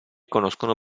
conoscono